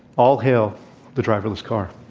all hail the driverless car.